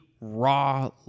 Raw